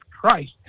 christ